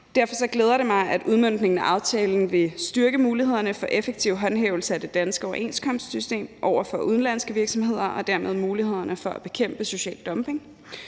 Derfor glæder det mig, at udmøntningen af aftalen vil styrke mulighederne for effektiv håndhævelse af det danske overenskomstsystem over for udenlandske virksomheder og dermed mulighederne for at bekæmpe social dumping.